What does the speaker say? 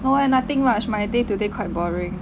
no eh nothing much my day today quite boring